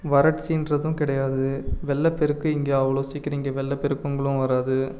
வறட்சின்றதும் கிடையாது வெள்ளப்பெருக்கு இங்கே அவ்ளோக சீக்கிரம் இங்கே வெள்ளப்பெருக்குங்களும் வராது